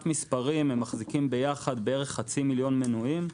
שמחזיקים ביחד בערך חצי מיליון מנויים,